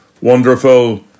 wonderful